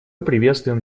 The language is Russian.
приветствуем